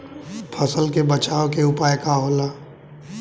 फसल के बचाव के उपाय का होला?